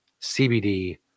CBD